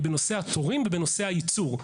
היא בנושא התורים ובנושא הייצור.